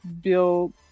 build